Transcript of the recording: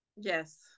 Yes